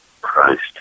Christ